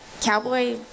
cowboy